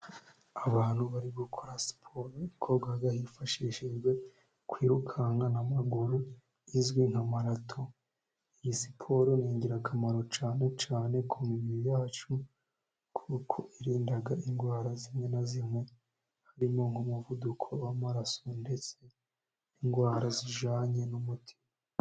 Abantu bari gukora siporo ikorwa hifashishijwe, kwirukanka n' amaguru izwi nka marato, iyi siporo ni ingirakamaro cyane cyane ku mibiri yacu, kuko irinda indwara zimwe na zimwe harimo umuvuduko w' amaraso ndetse n' indwara zijyanye n' umutima.